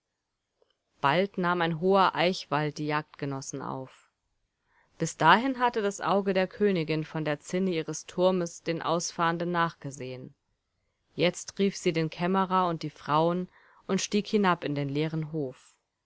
bald nahm ein hoher eichwald die jagdgenossen auf bis dahin hatte das auge der königin von der zinne ihres turmes den ausfahrenden nachgesehen jetzt rief sie den kämmerer und die frauen und stieg hinab in den leeren hof